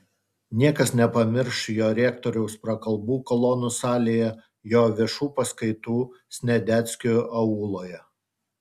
niekas nepamirš jo rektoriaus prakalbų kolonų salėje jo viešų paskaitų sniadeckių auloje